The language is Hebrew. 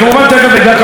בגברת לבני,